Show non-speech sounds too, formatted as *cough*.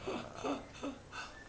*noise*